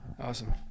Awesome